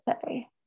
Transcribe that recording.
say